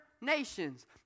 nations